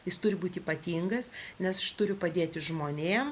jis turi būt ypatingas nes aš turiu padėti žmonėm